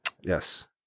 yes